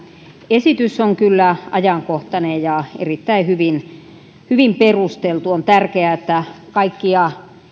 esitys on kyllä ajankohtainen ja erittäin hyvin hyvin perusteltu on tärkeää että kaikkia